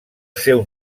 seu